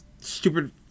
stupid